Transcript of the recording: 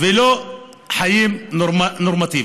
ולא עם חיים נורמטיביים.